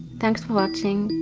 thanks for watching!